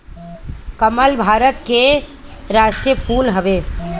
कमल भारत के राष्ट्रीय फूल हवे